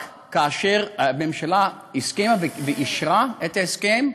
רק כאשר הממשלה הסכימה ואישרה את ההסכם,